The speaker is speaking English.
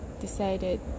decided